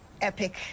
epic